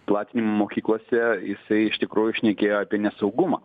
platinimą mokyklose jisai iš tikrųjų šnekėjo apie nesaugumą